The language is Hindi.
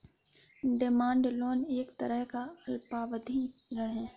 डिमांड लोन एक तरह का अल्पावधि ऋण है